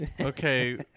Okay